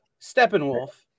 Steppenwolf